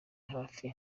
hafi